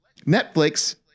Netflix